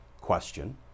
question